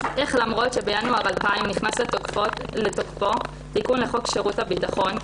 איך למרות שבינואר 2000 נכנס לתוקפו תיקון לחוק שירות הביטחון,